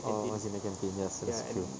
oh was in the canteen yes that's true